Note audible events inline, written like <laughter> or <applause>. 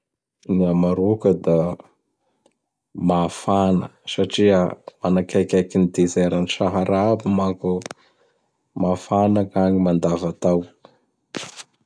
<noise> Ny a <noise> Marôka da mafana satria manakaiky ny dezera an Saharà aby manko o. <noise> Mafana gn'agny mandavatao. <noise>